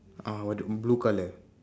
uh blue colour